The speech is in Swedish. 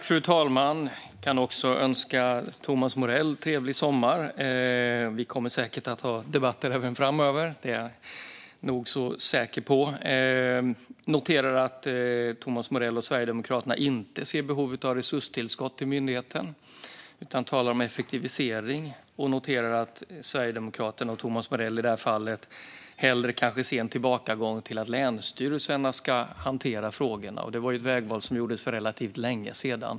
Fru talman! Jag vill också önska Thomas Morell en trevlig sommar. Vi kommer säkert att ha debatter även framöver; det är jag nog så säker på. Jag noterar att Thomas Morell och Sverigedemokraterna inte ser behovet av resurstillskott till myndigheten utan talar om effektivisering. Jag noterar också att Sverigedemokraterna och Thomas Morell i det här fallet kanske hellre ser en tillbakagång till att länsstyrelserna ska hantera frågorna. Detta var ett vägval som gjordes för relativt länge sedan.